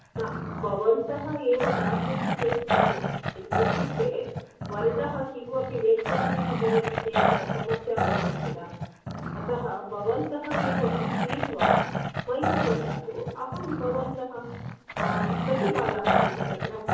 हा भवन्तः एव दास्यति चेत् सम्यक् इत्युक्ते वर्णः किम् अपि व्यत्यासः भवति चेत् समस्या भवति खिल अतः भवन्तः एव क्रीत्वा मह्यं ददातु अहं भवन्तः कति बालाः सन्ति तत्र